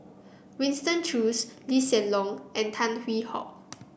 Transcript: Winston Choos Lee Hsien Loong and Tan Hwee Hock